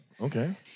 Okay